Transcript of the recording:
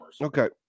Okay